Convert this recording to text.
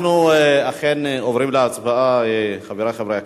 אנחנו אכן עוברים להצבעה, חברי חברי הכנסת.